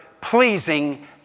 pleasing